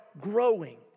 growing